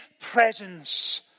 presence